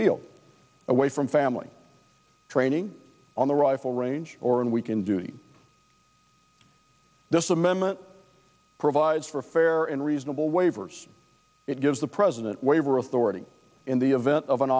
field away from family training on the rifle range or and we can do this amendment provides for a fair and reasonable waiver it gives the president waiver authority in the event of an